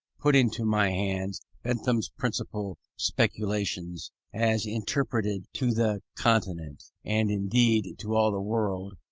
put into my hands bentham's principal speculations, as interpreted to the continent, and indeed to all the world,